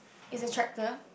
is a tracker